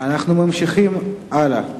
אנחנו ממשיכים הלאה.